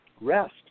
rest